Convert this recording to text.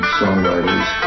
songwriters